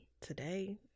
today